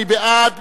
מי בעד?